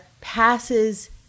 passes